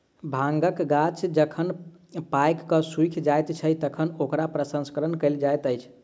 भांगक गाछ जखन पाइक क सुइख जाइत छै, तखन ओकरा प्रसंस्करण कयल जाइत अछि